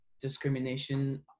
discrimination